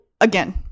again